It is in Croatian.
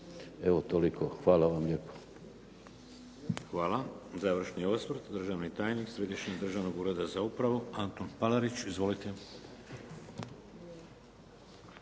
**Šeks, Vladimir (HDZ)** Hvala. Završni osvrt, državni tajnik Središnjeg državnog ureda za upravu, Antun Palarić. Izvolite.